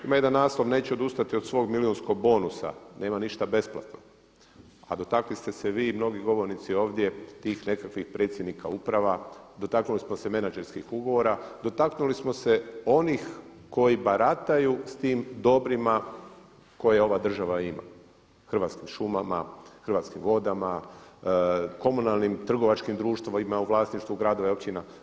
Ima jedan naslov „Neće odustati od svog milijunskog bonusa, nema ništa besplatno“, a dotakli ste se vi i mnogi govornici ovdje tih nekakvih predsjednika uprava, dotaknuli smo se menadžerskih ugovora, dotaknuli smo se onih koji barataju sa tim dobrima koje ova država ima, Hrvatskim šumama, Hrvatskim vodama, komunalnim trgovačkim društvima u vlasništvu gradova i općina.